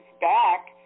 back